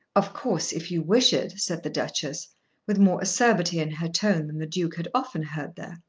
of course if you wish it, said the duchess with more acerbity in her tone than the duke had often heard there.